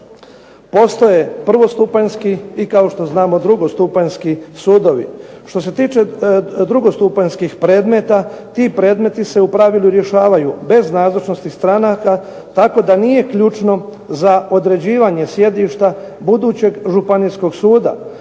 Postoje prvostupanjski i kao što znamo drugostupanjski sudovi. Što se tiče drugostupanjskih predmeta ti predmeti se u pravilu rješavaju bez nazočnosti stranaka tako da nije ključno za određivanje sjedišta budućeg Županijskog suda